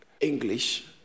English